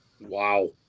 Wow